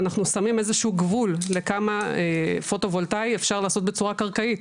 ואנחנו שמים איזה שהוא גבול לכמה פוטו-וולטאי אפשר לעשות בצורה קרקעית,